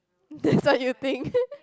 that's what you think